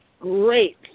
Great